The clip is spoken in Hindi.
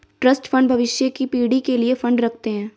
ट्रस्ट फंड भविष्य की पीढ़ी के लिए फंड रखते हैं